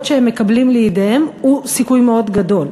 שהם מקבלים לידיהם הוא סיכוי מאוד גדול.